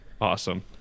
Awesome